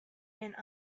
and